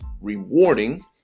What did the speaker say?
rewarding